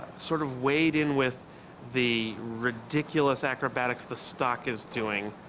sort of wade in with the ridiculous acrobatics the stock is doing.